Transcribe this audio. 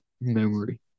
memory